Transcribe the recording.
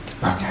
Okay